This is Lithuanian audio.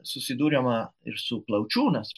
susiduriama ir su plaučiūnas